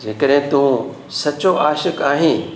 जे कॾहिं तूं सचो आशिक़ु आहीं